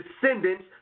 descendants